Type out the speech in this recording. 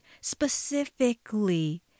specifically